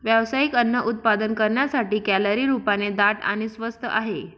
व्यावसायिक अन्न उत्पादन करण्यासाठी, कॅलरी रूपाने दाट आणि स्वस्त आहे